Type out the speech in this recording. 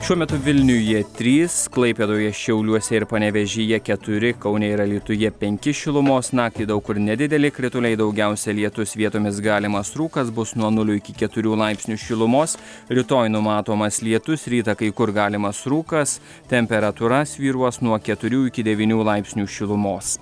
šiuo metu vilniuje trys klaipėdoje šiauliuose ir panevėžyje keturi kaune ir alytuje penki šilumos naktį daug kur nedideli krituliai daugiausiai lietus vietomis galimas rūkas bus nuo nulio iki keturių laipsnių šilumos rytoj numatomas lietus rytą kai kur galimas rūkas temperatūra svyruos nuo keturių iki devynių laipsnių šilumos